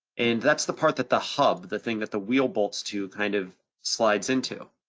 and that's the part that the hub, the thing that the wheel bolts to kind of slides into.